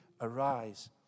arise